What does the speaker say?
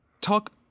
talk